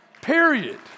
Period